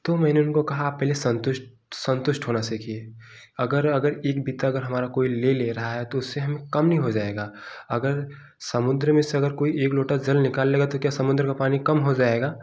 तो मैंने उनको कहा आप पहले संतुष्ट संतुष्ट होना सीखिए अगर अगर एक बित्ता अगर हमारा कोई ले ले रहा है तो उससे हमें कम नहीं हो जाएगा अगर समुद्र में से अगर कोई एक लोटा जल निकाल लेगा तो क्या समुद्र का पानी कम हो जाएगा